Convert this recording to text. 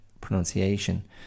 pronunciation